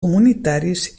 comunitaris